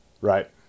right